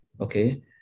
okay